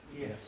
Yes